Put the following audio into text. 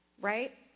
Right